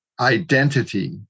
identity